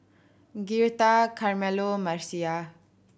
Girtha Carmelo Marcia